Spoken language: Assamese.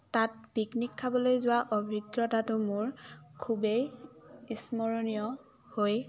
পিকনিক খাবলৈ যোৱা অভিজ্ঞতাটো মোৰ খুবেই স্মৰণীয় হৈ